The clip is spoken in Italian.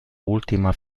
ultima